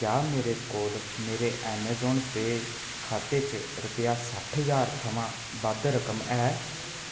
क्या मेरे कोल मेरे ऐमेज़ान पेऽ खाते च रुपया सट्ठ ज्हार थमां बद्ध रकम ऐ